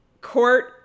court